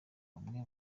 umwe